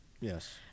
yes